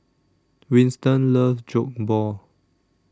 Winston loves Jokbal